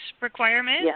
requirement